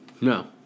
No